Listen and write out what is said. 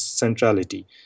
centrality